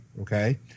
okay